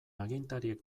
agintariek